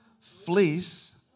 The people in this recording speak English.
Fleece